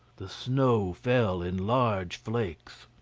the snow fell in large flakes.